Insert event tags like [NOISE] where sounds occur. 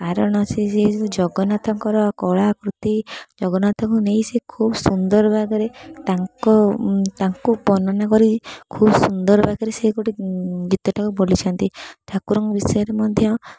କାରଣ ସେ [UNINTELLIGIBLE] ଜଗନ୍ନାଥଙ୍କର କଳାକୃତି ଜଗନ୍ନାଥଙ୍କୁ ନେଇ ସେ ଖୁବ ସୁନ୍ଦର ଭାବରେ ତାଙ୍କ ତାଙ୍କୁ ବର୍ଣ୍ଣନା କରି ଖୁବ ସୁନ୍ଦର ବାଗରେ ସେ ଗୋଟେ ଗୀତଟାକୁ ବୋଲିଛନ୍ତି ଠାକୁରଙ୍କ ବିଷୟରେ ମଧ୍ୟ